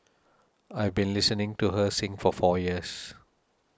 I've been listening to her sing for four years